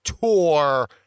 Tour